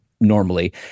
normally